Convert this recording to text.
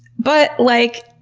but, like,